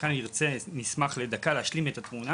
וכאן נרצה דקה להשלים את התמונה